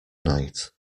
night